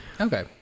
okay